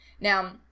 Now